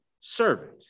servant